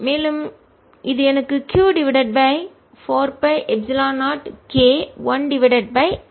மேலும் இது எனக்கு q divided by 4 by epsilon 0 k 1 divided by r